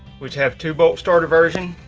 which have two bolt starter version